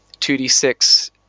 2d6